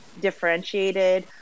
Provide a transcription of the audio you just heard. differentiated